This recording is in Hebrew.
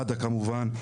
מד"א כמובן.